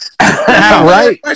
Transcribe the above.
Right